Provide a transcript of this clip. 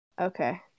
Okay